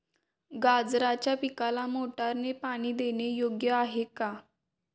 गाजराच्या पिकाला मोटारने पाणी देणे योग्य आहे का?